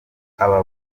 aba